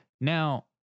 Now